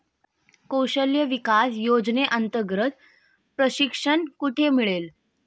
कौशल्य विकास योजनेअंतर्गत प्रशिक्षण कुठे मिळेल?